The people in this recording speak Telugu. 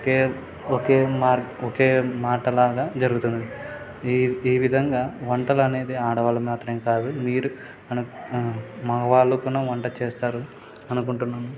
ఒకే ఒకే మార్గ్ ఒకే మాట లాగ జరుగుతుంది ఈ ఈ విధంగా వంటలు అనేది ఆడవాళ్ళు మాత్రమే కాదు మీరు మన మగవాళ్ళు కూడా వంట చేస్తారు అనుకుంటున్నాము